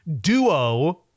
duo